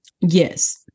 Yes